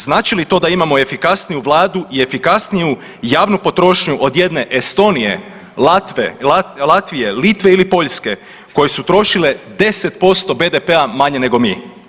Znači li to da imamo efikasniju Vladu i efikasniju javnu potrošnju od jedne Estonije, Latvije, Litve ili Poljske koje su trošile 10% BDP-a manje nego mi.